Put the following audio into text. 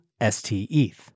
STETH